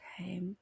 Okay